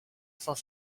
cent